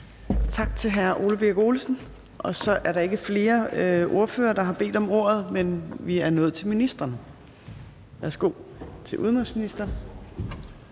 Tak til hr. Ole Birk Olesen. Så er der ikke flere ordførere, der har bedt om ordet, så vi er nået til ministrene. Værsgo til udenrigsministeren.